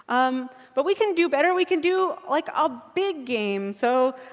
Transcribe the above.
um but we can do better. we can do like a big game. so